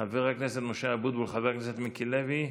חבר הכנסת משה אבוטבול, חבר הכנסת מיקי לוי,